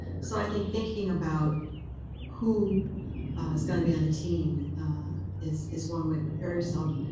so i think thinking about who is going to be on the team is is one way to prepare yourself.